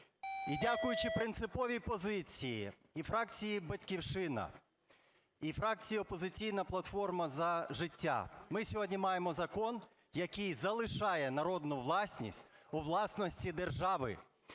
дякуючи принциповій позиції і фракції "Батьківщина", і фракції "Опозиційна платформа – За життя", ми сьогодні маємо закон, який залишає народну власність у власності держави.